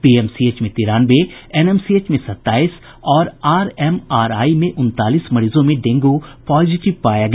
PMCH में तिरानवे NMCH में सत्ताईस और आर एम आर आई में उनतालीस मरीजों में डेंगू पॉजीटिव पाया गया